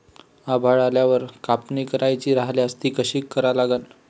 आभाळ आल्यावर कापनी करायची राह्यल्यास ती कशी करा लागन?